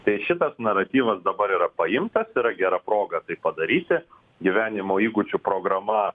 tai šitas naratyvas dabar yra paimtas yra gera proga tai padaryti gyvenimo įgūdžių programa